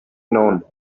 known